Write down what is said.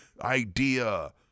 idea